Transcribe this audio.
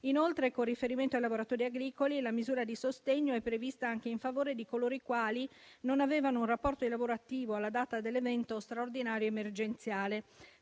Inoltre, con riferimento ai lavoratori agricoli, la misura di sostegno è prevista anche in favore di coloro i quali non avevano un rapporto lavorativo alla data dell'evento straordinario emergenziale.